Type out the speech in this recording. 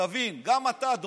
גם כשאתה פוסק משהו,